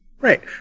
Right